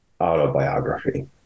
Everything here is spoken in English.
autobiography